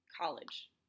college